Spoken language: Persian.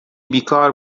بیکار